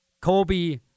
Kobe